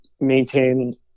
maintain